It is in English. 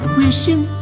wishing